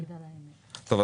אני מדבר כרגע כעובד ייצור.